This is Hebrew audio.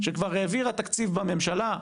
שכבר העבירה תקציב בממשלה,